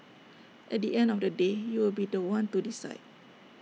at the end of the day you will be The One to decide